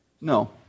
No